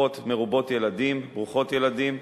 משפחות מרובות ילדים, ברוכות ילדים,